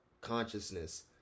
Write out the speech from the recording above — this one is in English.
consciousness